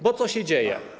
Bo co się dzieje?